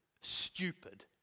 stupid